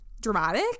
dramatic